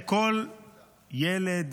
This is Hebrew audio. לכל ילד,